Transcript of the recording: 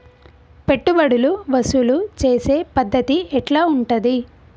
పెట్టుబడులు వసూలు చేసే పద్ధతి ఎట్లా ఉంటది?